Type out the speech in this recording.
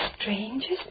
strangest